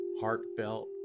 heartfelt